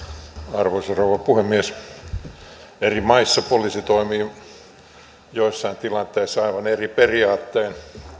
arvoisa rouva puhemies eri maissa poliisi toimii joissain tilanteissa aivan eri periaattein